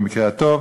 במקרה הטוב.